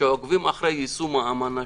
שעוקבים אחר יישום האמנה.